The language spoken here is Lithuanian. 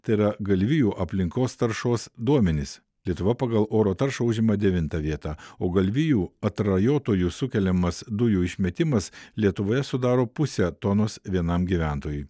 tai yra galvijų aplinkos taršos duomenys lietuva pagal oro taršą užima devintą vietą o galvijų atrajotojų sukeliamas dujų išmetimas lietuvoje sudaro pusę tonos vienam gyventojui